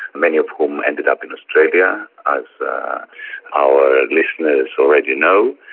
many of whom ended up in australia as our listeners already know.